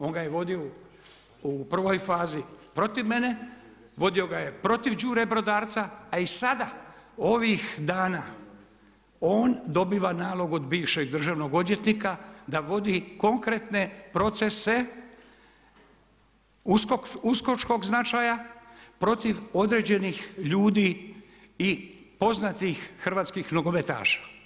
On ga je vodio u prvoj fazi protiv mene, vodio ga je protiv Đure Brodarca, a i sada ovih dana on dobiva nalog od bivšeg državnog odvjetnika da vodi konkretne procese uskočkog značaja protiv određenih ljudi i poznatih hrvatskih nogometaša.